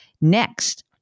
Next